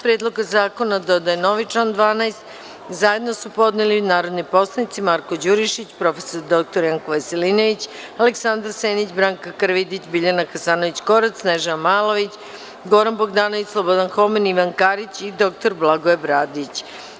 Predloga zakona dodaje novi član 12. zajedno su podneli narodni poslanici Marko Đurišić, prof. dr Janko Veselinović, Aleksandar Senić, Branka Kravidić, Biljana Hasanović Korać, Snežana Malović, Goran Bogdanović, Slobodan Homen, Ivan Karić i dr Blagoje Bradić.